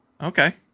Okay